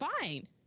fine